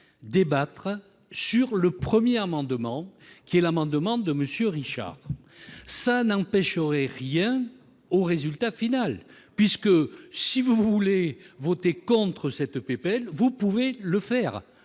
débattre sur le 1er amendement qui est l'amendement de monsieur Richard ça n'empêche aurait rien au résultat final, puisque si vous voulez voter contre cette PPL, vous pouvez le faire,